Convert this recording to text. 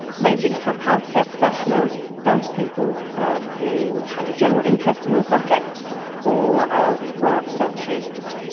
ranging from healthcare professionals down to people who had a general interest in the subject or were service users.